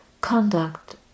conduct